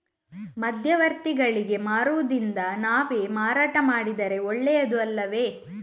ಮಧ್ಯವರ್ತಿಗಳಿಗೆ ಮಾರುವುದಿಂದ ನಾವೇ ಮಾರಾಟ ಮಾಡಿದರೆ ಒಳ್ಳೆಯದು ಅಲ್ಲವೇ?